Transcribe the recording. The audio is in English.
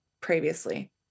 previously